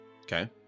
Okay